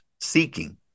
seeking